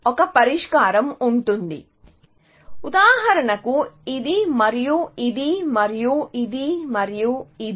ఒక పరిష్కారం ఉంటుంది ఉదాహరణకు ఇది మరియు ఇది మరియు ఇది మరియు ఇది